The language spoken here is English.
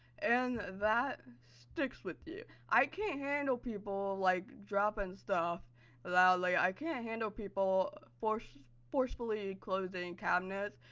and that sticks with you. i can't handle people like dropping stuff loudly. i can't handle people forcefully forcefully closing cabinets.